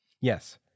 Yes